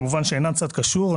כמובן שאינן צד קשור.